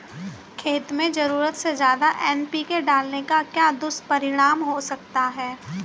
खेत में ज़रूरत से ज्यादा एन.पी.के डालने का क्या दुष्परिणाम हो सकता है?